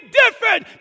different